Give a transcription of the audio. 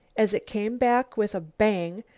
as it came back with a bang,